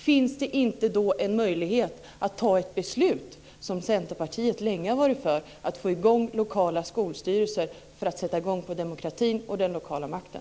Om så är fallet, finns det då en möjlighet att fatta ett beslut för att få i gång lokala skolstyrelser - något som Centerpartiet länge har varit för - för att stärka demokratin och den lokala makten?